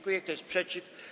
Kto jest przeciw?